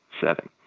setting